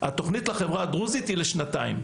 התוכנית לחברה הדרוזית היא לשנתיים.